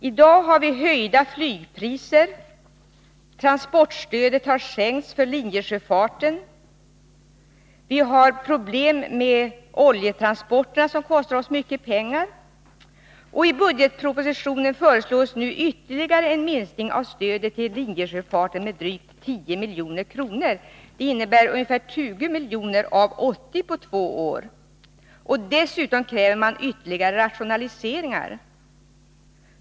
I dag har vi höjda flygpriser, transportstödet har sänkts för linjesjöfarten, vi har problem med oljetransporterna, som kostar oss mycket pengar, och i budgetpropositionen föreslås nu ytterligare en minskning av stödet till linjesjöfarten med drygt 10 milj.kr. Det innebär ungefär 20 miljoner av 80 på två år. Dessutom kräver man ytterligare rationaliseringar.